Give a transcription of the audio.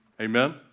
Amen